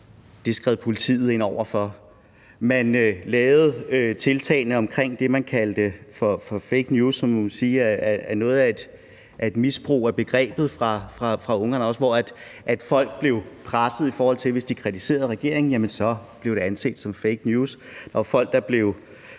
Det skred politiet ind over for. Man lavede tiltagene omkring det, man kaldte for fake news, som også må siges at være noget af et misbrug af begrebet fra Ungarns side, hvor folk blev presset, i forhold til at det, hvis de kritiserede regeringen, så blev anset som fake news.